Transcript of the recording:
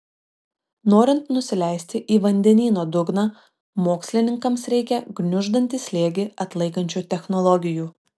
norint nusileisti į vandenyno dugną mokslininkams reikia gniuždantį slėgį atlaikančių technologijų